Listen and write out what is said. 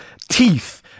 teeth